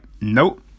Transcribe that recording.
nope